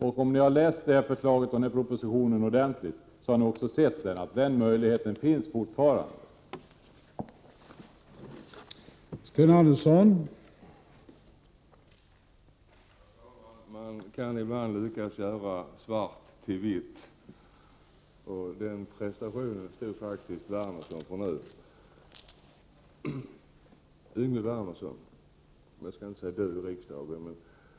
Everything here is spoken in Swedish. Om ni har läst förslaget i propositionen ordentligt, så har ni också sett att den möjligheten fortfarande finns.